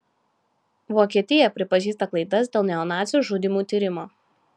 vokietija pripažįsta klaidas dėl neonacių žudymų tyrimo